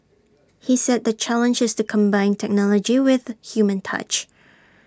he said the challenge is to combine technology with human touch